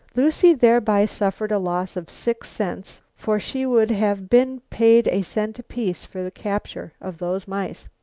lucile thereby suffering a loss of six cents, for she would have been paid a cent apiece for the capture of those mice.